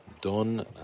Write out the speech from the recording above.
done